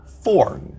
four